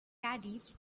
caddies